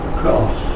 cross